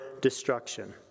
destruction